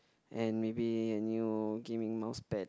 and maybe a new gaming mouse pad